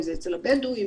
אם זה אצל הבדואים,